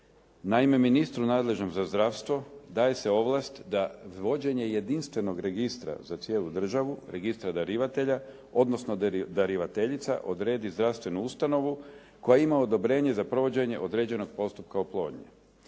Naime, ministru nadležnom za zdravstvo daje se ovlast da vođenje jedinstvenog registra za cijelu državu, registra darivatelja odnosno darivateljica, odredi zdravstvenu ustanovu koja ima odobrenje za provođenje određenog postupka oplodnje.